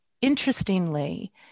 interestingly